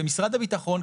במשרד הביטחון,